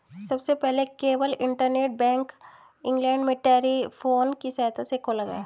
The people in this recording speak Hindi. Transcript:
सबसे पहले केवल इंटरनेट बैंक इंग्लैंड में टेलीफोन की सहायता से खोला गया